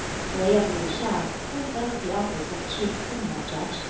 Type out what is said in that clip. hwui of liu-hia, who filled the office of chief criminal judge,